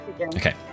Okay